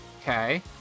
Okay